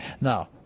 Now